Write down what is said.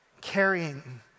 carrying